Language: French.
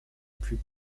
plus